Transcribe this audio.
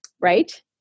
right